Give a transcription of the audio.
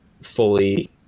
fully